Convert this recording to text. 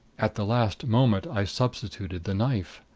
at the last moment i substituted the knife.